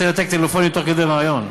אל תנתק טלפונים תוך כדי ריאיון.